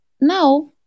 now